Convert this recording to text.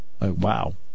wow